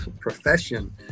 profession